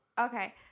okay